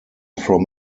from